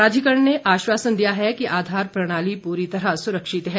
प्राधिकरण ने आश्वासन दिया है कि आधार प्रणाली पूरी तरह सुरक्षित है